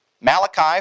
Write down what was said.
Malachi